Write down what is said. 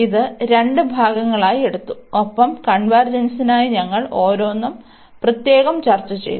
ഇത് രണ്ട് ഭാഗങ്ങളായി എടുത്തു ഒപ്പം കൺവെർജെൻസിനായി ഞങ്ങൾ ഓരോന്നും പ്രത്യേകം ചർച്ചചെയ്തു